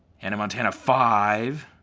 hannah montana five.